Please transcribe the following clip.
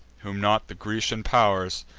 whom not the grecian pow'rs,